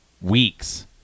weeks